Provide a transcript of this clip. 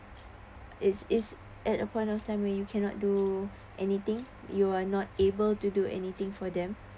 it's is at a point of time when you cannot do anything you are not able to do anything for them